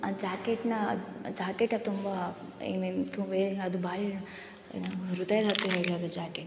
ಆ ಜಾಕೆಟ್ನ ಜಾಕೆಟಲ್ಲಿ ತುಂಬ ಐ ಮೀನ್ ತುಂಬ ಏನದು ಭಾಳ್ ನನ್ನ ಹೃದಯದ ಹತ್ತಿರ ಇದೆ ಅದು ಜಾಕೆಟ್